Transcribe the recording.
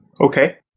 Okay